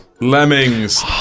Lemmings